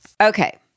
Okay